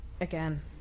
again